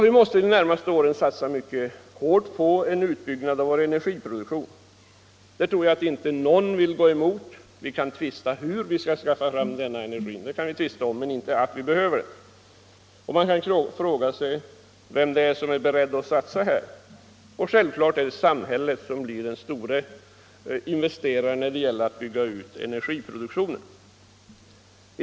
Vi måste under de närmaste åren satsa mycket hårt på en utbyggnad av vår energiproduktion. Det tror jag att inte någon vill gå emot. Vi kan tvista om hur vi skall skaffa fram denna energi men inte om att vi behöver den. Och man kan fråga sig vem det är som är beredd att satsa här. Självklart är det samhället som blir den stora investeraren när det gäller att bygga ut energiproduktionen.